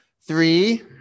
Three